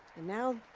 and now,